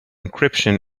encryption